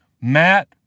Matt